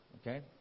Okay